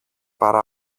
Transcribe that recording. παρά